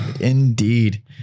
indeed